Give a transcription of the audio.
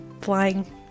flying